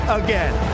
again